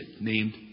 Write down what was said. named